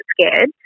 scared